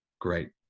great